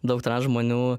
daug transžmonių